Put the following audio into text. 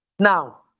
Now